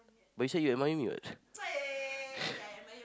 but you say you admire me what